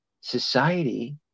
society